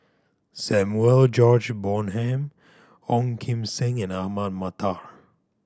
Samuel George Bonham Ong Kim Seng and Ahmad Mattar